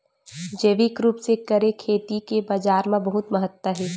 जैविक रूप से करे खेती के बाजार मा बहुत महत्ता हे